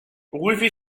wifi